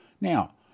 Now